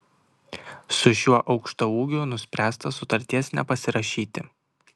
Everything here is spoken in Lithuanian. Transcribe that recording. su šiuo aukštaūgiu nuspręsta sutarties nepasirašyti